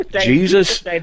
Jesus